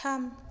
थाम